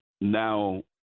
now